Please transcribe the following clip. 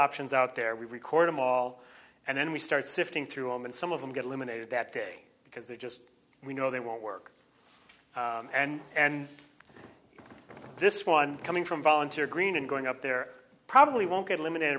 options out there we record a mall and then we start sifting through and some of them get eliminated that day because they just we know they won't work and and this one coming from volunteer green and going up there probably won't get eliminated